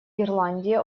ирландии